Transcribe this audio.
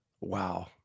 Wow